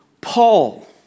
Paul